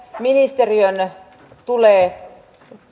ministeriön tulee